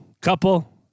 couple